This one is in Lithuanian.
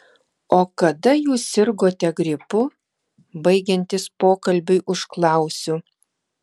o kada jūs sirgote gripu baigiantis pokalbiui užklausiu